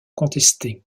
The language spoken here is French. contestée